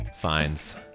Fines